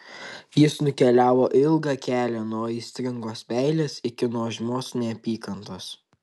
jis nukeliavo ilgą kelią nuo aistringos meilės iki nuožmios neapykantos